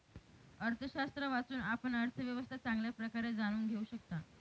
अर्थशास्त्र वाचून, आपण अर्थव्यवस्था चांगल्या प्रकारे जाणून घेऊ शकता